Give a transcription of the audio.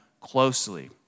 closely